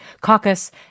Caucus